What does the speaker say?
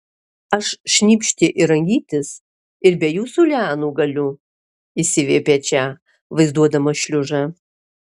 aš šnypšti ir rangytis ir be jūsų lianų galiu išsiviepė če vaizduodamas šliužą